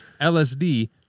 LSD